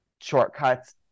shortcuts